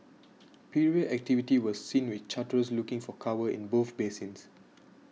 period activity was seen with charterers looking for cover in both basins